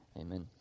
amen